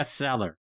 bestseller